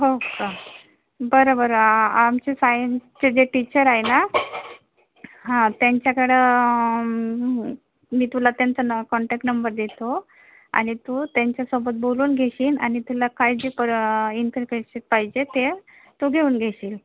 हो का बरं बरं आ आमच्या सायन्सचे जे टीचर आहे ना हा त्यांच्याकडं मी तुला त्यांचा न कॉन्टॅक्ट नंबर देतो आणि तू त्यांच्यासोबत बोलून घेशील आणि तुला काय जी प इन्फॉर्मेशन पाहिजे ते तू घेऊन घेशील